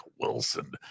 Wilson